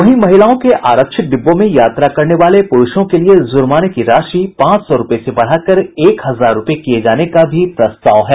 वहीं महिलाओं के आरक्षित डिब्बों में यात्रा करने वाले पुरूषों के लिये जुर्माने की राशि पांच सौ रूपये से बढ़ाकर एक हजार रूपये किये जाने का भी प्रस्ताव है